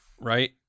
right